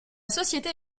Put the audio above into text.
société